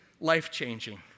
life-changing